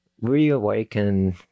reawaken